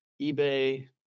eBay